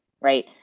right